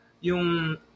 yung